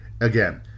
again